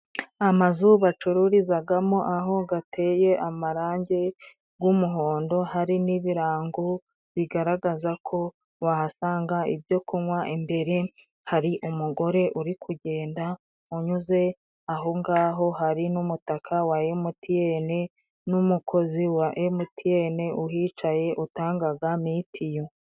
Amazu bacururizagamo aho gateye amarange g'umuhondo, hari n'ibirango bigaragaza ko bahasanga ibyo kunywa, imbere hari umugore uri kugenda unyuze aho ngaho, hari n'umutaka wa emutiyene n'umukozi wa emutiyene uhicaye utangaga mitiyu.